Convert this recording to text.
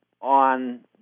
on